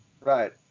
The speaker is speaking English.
Right